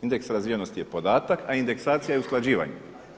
Indeks razvijenosti je podatak, a indeksacija je usklađivanje.